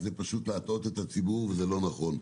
זה פשוט להטעות את הציבור וזה לא נכון.